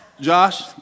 Josh